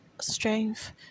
strength